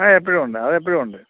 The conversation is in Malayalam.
ആ എപ്പോഴും ഉണ്ട് അത് എപ്പോഴും ഉണ്ട്